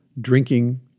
drinking